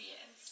Yes